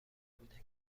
بودند